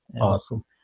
Awesome